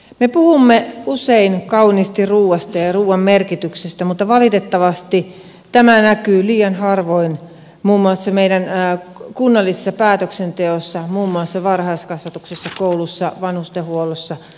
me puhumme usein kauniisti ruuasta ja ruuan merkityksestä mutta valitettavasti tämä näkyy liian harvoin muun muassa meidän kunnallisessa päätöksenteossa muun muassa varhaiskasvatuksessa koulussa vanhustenhuollossa